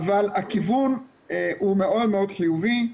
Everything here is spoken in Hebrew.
אבל הכיוון מאוד חיובי,